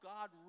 God